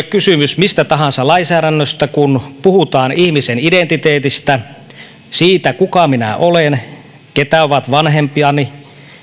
kysymys mistä tahansa lainsäädännöstä kun puhutaan ihmisen identiteetistä siitä kuka minä olen ketkä ovat vanhempiani